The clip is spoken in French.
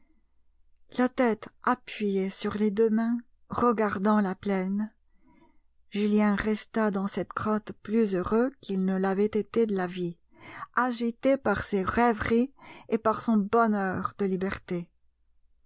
la tête appuyée sur les deux mains regardant la plaine julien resta dans cette grotte plus heureux qu'il ne l'avait été de la vie agité par ses rêveries et par son bonheur de liberté